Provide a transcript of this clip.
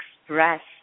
express